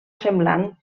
semblant